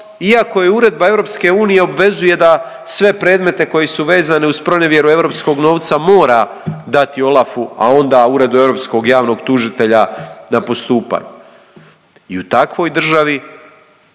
iako je Uredba EU obvezuje da sve predmete koji su vezani uz pronevjeru europskog novca mora dati OLAF-u, a onda Uredu europskog javnog tužitelja na postupanje. I u takvoj državi